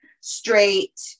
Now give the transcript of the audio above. straight